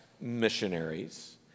missionaries